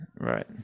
Right